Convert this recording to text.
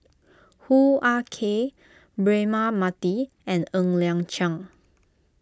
Hoo Ah Kay Braema Mathi and Ng Liang Chiang